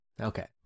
Okay